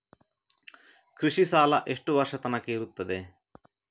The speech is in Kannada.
ಕೃಷಿ ಸಾಲ ಎಷ್ಟು ವರ್ಷ ತನಕ ಇರುತ್ತದೆ?